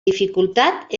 dificultat